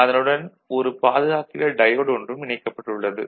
மேலும் அதனுடன் ஒரு பாதுகாக்கிற டயோடு ஒன்றும் இணைக்கப்பட்டுள்ளது